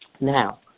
Now